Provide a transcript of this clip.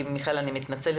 מיכל אני מתנצלת,